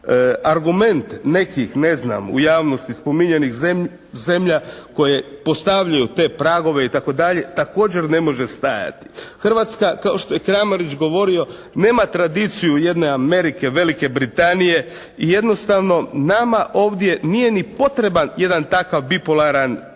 Argument nekih, ne znam, u javnosti spominjanih zemlja koje postavljaju te pragove i tako dalje također ne može stajati. Hrvatska kao što je Kramarić govorio nema tradiciju jedne Amerike, Velike Britanije i jednostavno nama ovdje nije ni potreban jedan takav bipolaran sustav